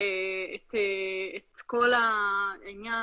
את כל העניין,